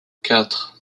quatre